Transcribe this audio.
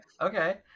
Okay